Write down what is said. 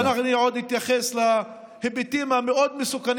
ואני עוד אתייחס להיבטים המאוד-מסוכנים